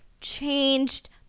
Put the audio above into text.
changed